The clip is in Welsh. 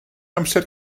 amser